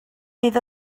fydd